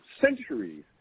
centuries